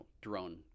drone